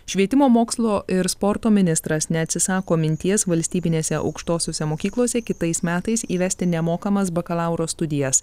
švietimo mokslo ir sporto ministras neatsisako minties valstybinėse aukštosiose mokyklose kitais metais įvesti nemokamas bakalauro studijas